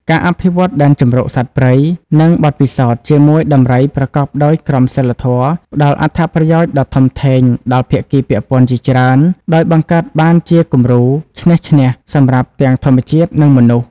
ការអភិវឌ្ឍដែនជម្រកសត្វព្រៃ និងបទពិសោធន៍ជាមួយដំរីប្រកបដោយក្រមសីលធម៌ផ្តល់អត្ថប្រយោជន៍ដ៏ធំធេងដល់ភាគីពាក់ព័ន្ធជាច្រើន ដោយបង្កើតបានជាគំរូ ឈ្នះ ឈ្នះ សម្រាប់ទាំងធម្មជាតិ និងមនុស្ស។